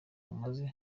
umaze